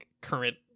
current